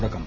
തുടക്കം